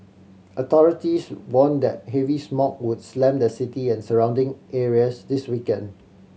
authorities warned that heavy smog would slam the city and surrounding areas this weekend